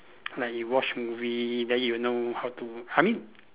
like you watch movie then you know how to I mean